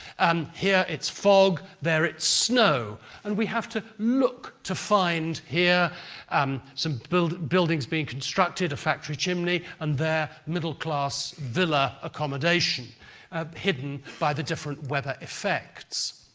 and here it's fog, there, it's snow and we have to look to find here um some buildings being constructed, a factory chimney and there, middle-class villa accommodation hidden by the different weather effects.